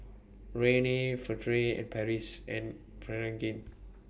Rene Furtere and Paris and Pregain